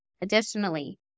Additionally